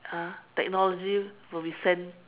uh technology will be sent